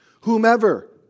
Whomever